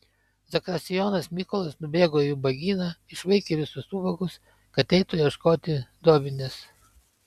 zakristijonas mykolas nubėgo į ubagyną išvaikė visus ubagus kad eitų ieškoti dovinės